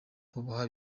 bubaha